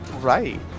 Right